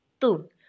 Two